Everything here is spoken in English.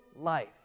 life